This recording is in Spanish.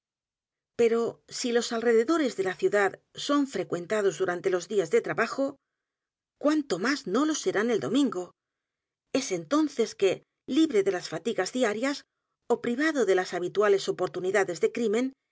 pero si los alrededores de la ciudad son tan frecuentados durante los días de trabajo cuánto más no lo serán el domingo e s entonces que libre de las fatigas diarias ó privado de las habituales oportunidades de